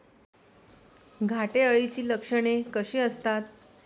घाटे अळीची लक्षणे कशी असतात?